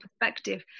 perspective